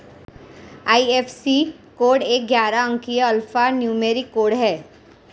IFSC code एक ग्यारह अंकीय अल्फा न्यूमेरिक कोड है